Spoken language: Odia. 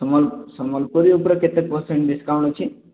ସମ୍ବଲପୁରୀ ଉପରେ କେତେ ପରସେଣ୍ଟ ଡିସକାଉଣ୍ଟ ଅଛି